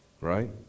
right